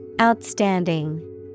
Outstanding